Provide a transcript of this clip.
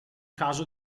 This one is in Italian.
caso